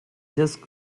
just